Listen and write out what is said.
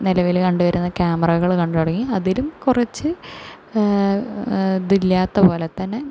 നിലവിൽ കണ്ടുവരുന്ന ക്യാമറകൾ കണ്ടു തുടങ്ങി അതിലും കുറച്ച് ഇത് ഇല്ലാത്തതു പോലെ തന്നെ